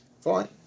Fine